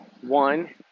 one